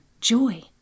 Joy